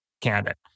candidate